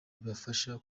bibafasha